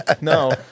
No